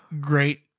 great